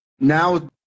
Now